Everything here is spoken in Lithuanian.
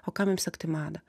o kam jum sekti madą